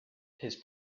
his